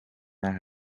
naar